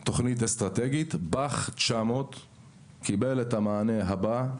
בא"ח 900 קיבל את המענה הבא: